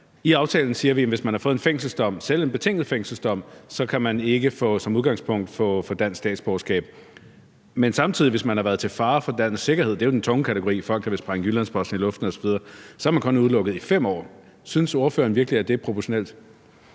I aftalen siger vi, at hvis man har fået en fængselsdom, selv en betinget fængselsdom, kan man som udgangspunkt ikke få dansk statsborgerskab. Men hvis man samtidig har været til fare for landets sikkerhed, det er jo den tunge kategori, folk, der vil sprænge Jyllands-Posten i luften osv., er man kun udelukket i 5 år. Synes ordføreren virkelig, at det er proportionelt?